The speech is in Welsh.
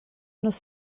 nos